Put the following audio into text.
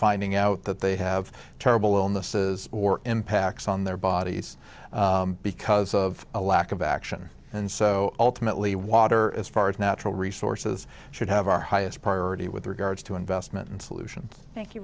finding out that they have terrible illnesses or imp packs on their bodies because of a lack of action and so ultimately water as far as natural resources should have our highest priority with regards to investment solutions thank you